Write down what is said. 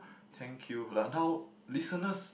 thank you lah now listeners